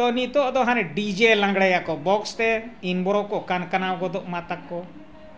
ᱛᱚ ᱱᱤᱛᱳᱜ ᱫᱚ ᱦᱟᱱᱮ ᱰᱤᱡᱮ ᱞᱟᱸᱜᱽᱬᱮᱭᱟᱠᱚ ᱵᱚᱠᱥ ᱛᱮ ᱤᱱ ᱵᱚᱨᱚ ᱠᱚ ᱠᱟᱱ ᱠᱟᱱᱟᱣ ᱜᱚᱫᱚᱜ ᱢᱟ ᱛᱟᱠᱚ